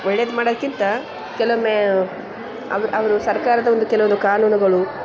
ಒಳ್ಳೇದು ಮಾಡೋಕ್ಕಿಂತ ಕೆಲವೊಮ್ಮೆ ಅವು ಅವರು ಸರ್ಕಾರದ ಒಂದು ಕೆಲವೊಂದು ಕಾನೂನುಗಳು